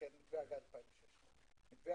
מתווה